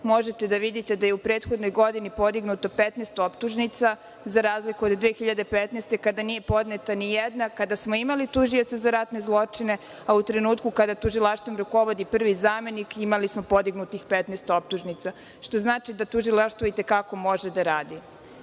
možete da vidite da je u prethodnoj godini podignuto 15 optužnica za razliku od 2015. godine kada nije podneta nijedna kada smo imali tužioce za ratne zločine, a u trenutku kada tužilaštvom rukovodi prvi zamenik imali smo podignutih 15 optužnica, što znači da tužilaštvo i te kako može da radi. Kada